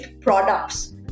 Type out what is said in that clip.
products